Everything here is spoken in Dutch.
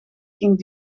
ging